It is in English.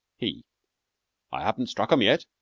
he i haven't struck em yet.